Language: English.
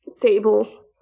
table